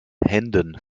händen